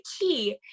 key